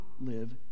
live